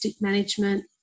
management